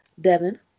Devin